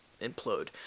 implode